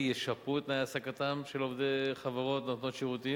ישפרו את תנאי העסקתם של עובדי חברות נותנות שירותים,